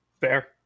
Fair